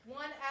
one